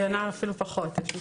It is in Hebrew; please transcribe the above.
אפילו פחות.